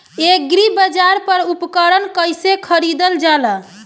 एग्रीबाजार पर उपकरण कइसे खरीदल जाला?